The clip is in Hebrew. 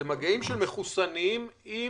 אלה מגעים של מחוסנים עם